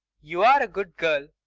you're a good girl.